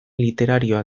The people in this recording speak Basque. literarioa